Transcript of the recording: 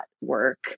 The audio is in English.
work